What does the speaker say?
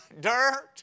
dirt